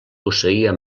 posseïa